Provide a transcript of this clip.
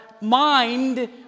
mind